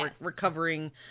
recovering